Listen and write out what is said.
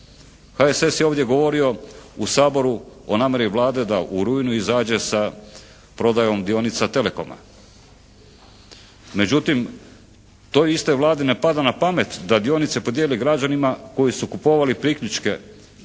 HSS je ovdje govorio u Saboru o namjeri Vlade da u rujnu izađe sa prodajom dionica Telekoma. Međutim toj istoj Vladi ne pada na pamet da dionice podijeli građanima koji su kupovali priključke za taj Telekom.